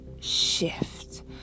shift